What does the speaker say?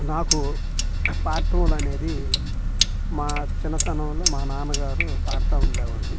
నాకు పాడటం అనేది మా చిన్నతనంలో మా నాన్నగారు పాడుతూ ఉండేవాళ్ళు